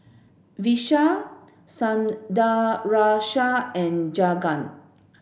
Vishal Sundaraiah and Jagat